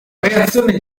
reazione